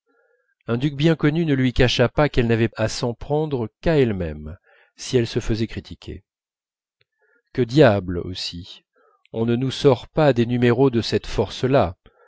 un duc bien connu ne lui cacha pas qu'elle n'avait à s'en prendre qu'à elle-même si elle se faisait critiquer que diable aussi on ne nous sort pas des numéros de cette force-là